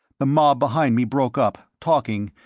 the mob behind me broke up, talking,